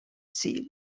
seal